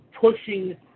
pushing